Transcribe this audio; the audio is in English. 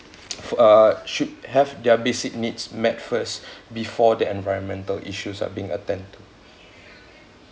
uh should have their basic needs met first before the environmental issues are being attend to